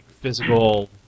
physical